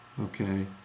Okay